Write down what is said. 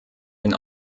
den